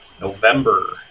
November